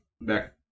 back